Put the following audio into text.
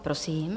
Prosím.